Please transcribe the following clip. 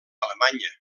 alemanya